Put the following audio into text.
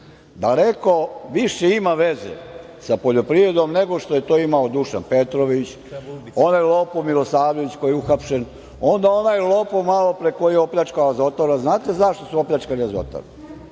Daleko više ima veze sa poljoprivredom nego što je to imao Dušan Petrović, onaj lopov Milosavljević, koji je uhapšen, onda onaj lopov malopre koji je opljačkao Azotaru. A znate zašto su opljačkali Azotaru?